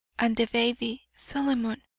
and the baby philemon,